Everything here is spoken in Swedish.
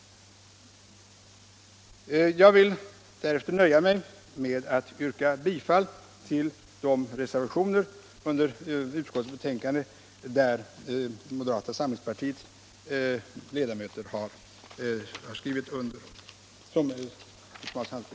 Jag nöjer mig med det sagda, herr talman, och ber att få yrka bifall till de reservationer vid utskottsbetänkandet där moderata samlingspartiets ledamöter står antecknade.